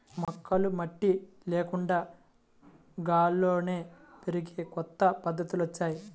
మొక్కలు మట్టి లేకుండా గాల్లోనే పెరిగే కొత్త పద్ధతులొచ్చాయ్